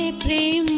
ah plea